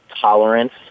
tolerance